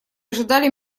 ожидали